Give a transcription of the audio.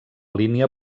línia